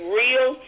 real